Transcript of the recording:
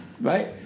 Right